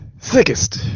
Thickest